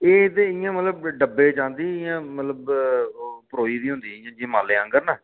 एह् ते इ'यां मतलब डब्बे च आंदी इ'यां मतलब ओह् परोई दी होंदी जियां माले आंह्गर न